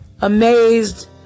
amazed